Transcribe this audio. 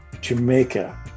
Jamaica